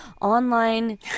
online